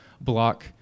block